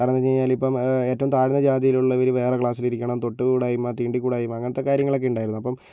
കാരണം എന്ന് വെച്ച് കഴിഞ്ഞാൽ ഇപ്പം ഏറ്റവും താഴ്ന്ന ജാതിയിലുള്ളവർ വേറെ ക്ലാസിലിരിക്കണം തൊട്ടു കൂടായ്മ തീണ്ടിക്കൂടായ്മ അങ്ങനത്തെ കാര്യങ്ങളൊക്കെ ഉണ്ടായിരുന്നു അപ്പം